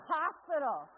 hospital